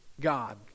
God